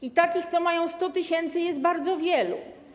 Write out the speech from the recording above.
I takich, co mają 100 tys., jest bardzo wielu.